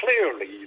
clearly